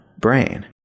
brain